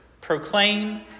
Proclaim